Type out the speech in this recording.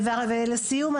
לסיום,